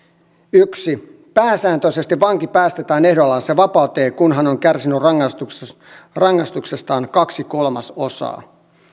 yksi pääsääntöisesti vanki päästetään ehdonalaiseen vapauteen kun hän on kärsinyt rangaistuksestaan kaksi kolmasosaa